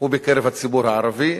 הוא בקרב הציבור הערבי.